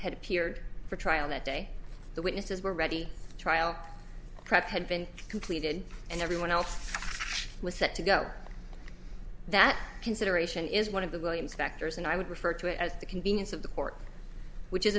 had appeared for trial that day the witnesses were ready to trial prep had been completed and everyone else was set to go that consideration is one of the williams factors and i would refer to it as the convenience of the court which is